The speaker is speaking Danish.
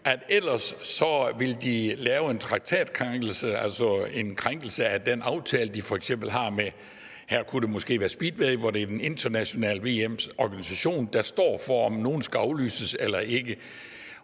de ellers ville lave en traktatkrænkelse? Altså en krænkelse af den aftale, som de måske har med f.eks. Speedway, hvor det er den internationale VM-organisation, der står for, om noget skal aflyses eller ikke,